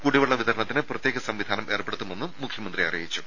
കുടിവെളള വിതരണത്തിന് പ്രത്യേക സംവിധാനം ഏർപ്പെടുത്തുമെന്ന് മുഖ്യമന്ത്രി അറിയിച്ചു